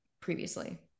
previously